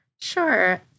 Sure